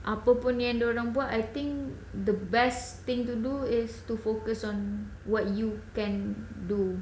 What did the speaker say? apa pun yang dia orang buat I think the best thing to do is to focus on what you can do